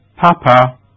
Papa